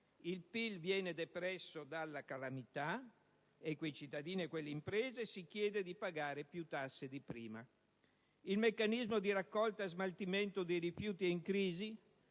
Il PIL viene depresso dalla calamità e a quei cittadini ed imprese si chiede di pagare più tasse di prima. Il meccanismo di raccolta e smaltimento dei rifiuti è in crisi?